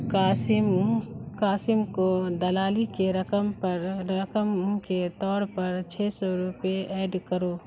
قاسم قاسم کو دلالی کے رقم پر رقم کے طور پر چھ سو روپیے ایڈ کرو